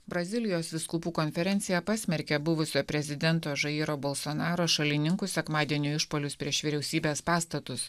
brazilijos vyskupų konferencija pasmerkė buvusio prezidento žairo bolsonaro šalininkų sekmadienio išpuolius prieš vyriausybės pastatus